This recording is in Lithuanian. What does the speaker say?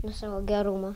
nuo savo gerumo